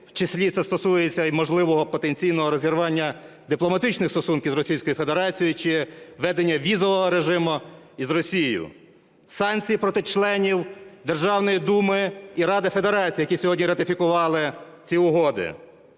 числі це стосується і можливого потенційного розірвання дипломатичних стосунків з Російською Федерацією чи введення візового режиму із Росією. Санкції проти членів Державної думи і Ради Федерації, які сьогодні ратифікували ці угоди,